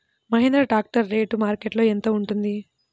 Mahindra tractor rate మార్కెట్లో యెంత ఉంటుంది?